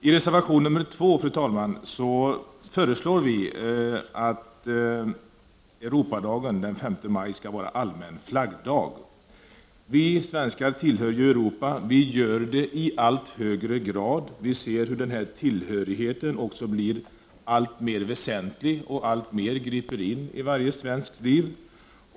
Fru talman! I reservation 2 föreslår vi att Europadagen den 5 maj skall vara allmän flaggdag. Vi svenskar tillhör ju Europa, och vi gör det i allt högre grad. Vi ser hur denna tillhörighet också blir alltmer väsentlig och alltmer griper in i varje svensks liv.